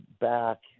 back